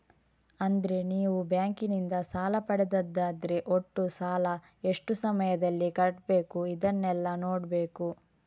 ಅಂದ್ರೆ ನೀವು ಬ್ಯಾಂಕಿನಿಂದ ಸಾಲ ಪಡೆದದ್ದಾದ್ರೆ ಒಟ್ಟು ಸಾಲ, ಎಷ್ಟು ಸಮಯದಲ್ಲಿ ಕಟ್ಬೇಕು ಇದನ್ನೆಲ್ಲಾ ನೋಡ್ಬೇಕು